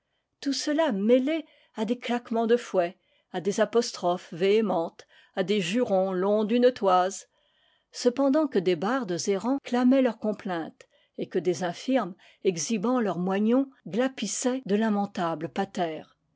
tout cela mêlé à des cla quements de fouet à des apostrophes véhémentes à des jurons longs d'une toise cependant que des bardes errants clamaient leurs complaintes et que des infirmes exhibant leurs moignons glapissaient de lamentables paters